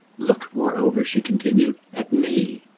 look, moreover, she continued, at me.